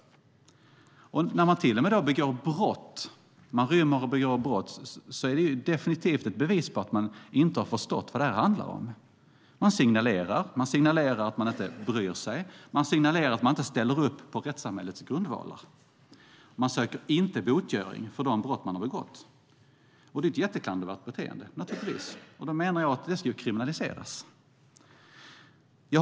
Om man till och med begår brott efter det att man har rymt är det definitivt ett bevis på att man inte har förstått vad det handlar om. Man signalerar att man inte bryr sig. Man signalerar att man inte ställer upp på rättssamhällets grundvalar. Man söker inte botgöring för de brott man har begått. Detta är ett jätteklandervärt beteende, och jag menar att det borde kriminaliseras i lag.